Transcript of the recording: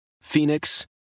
phoenix